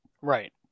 Right